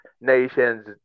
nations